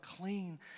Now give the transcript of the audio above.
clean